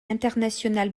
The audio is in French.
international